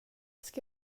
ska